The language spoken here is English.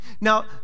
Now